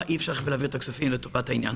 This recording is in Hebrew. אי אפשר להעביר את הכסף לטובת העניין.